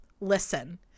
listen